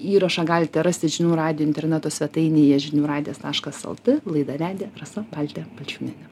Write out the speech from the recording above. įrašą galite rasti žinių radijo interneto svetainėje žinių radijas taškas lt laidą vedė rasa baltė balčiūnienė